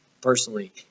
personally